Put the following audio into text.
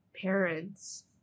Parents